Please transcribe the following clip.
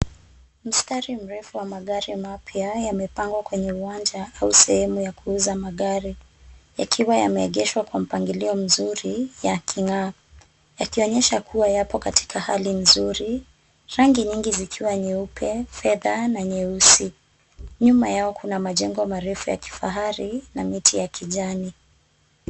Mstari mrefu wa magari mapya yamepangwa kwenye uwanja au sehemu ya kuuza magari. Yakiwa yameegeshwa kwa mpangilio mzuri, yaking'aa. Yakionyesha kuwa yapo katika hali nzuri, rangi nyingi zikiwa nyeupe, fedha, na nyeusi. Nyuma yao kuna majengo marefu ya kifahari na miti ya kijani.